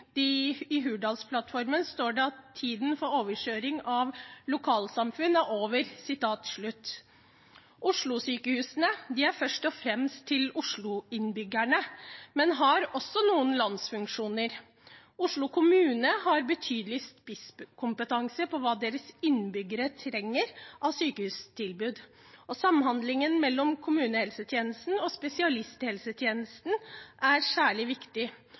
I Hurdalsplattformen står det: «Tiden for overkjøring av lokalsamfunn er over.» Oslosykehusene er først og fremst for Oslo-innbyggerne, men har også noen landsfunksjoner. Oslo kommune har betydelig spisskompetanse på hva deres innbyggere trenger av sykehustilbud. Samhandlingen mellom kommunehelsetjenesten og spesialisthelsetjenesten er særlig viktig.